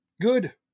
good